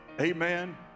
Amen